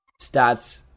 stats